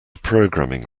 programming